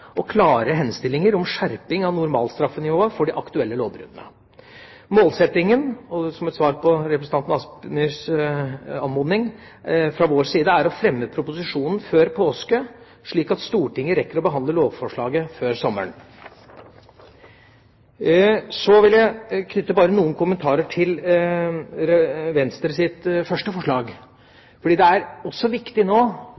og klare henstillinger om skjerping av normalstraffenivået for de aktuelle lovbruddene. Målsettingen fra vår side – som et svar på representanten Asmyhrs anmodning – er å fremme proposisjonen før påske, slik at Stortinget rekker å behandle lovforslaget før sommeren. Så vil jeg knytte noen kommentarer til Venstres første forslag.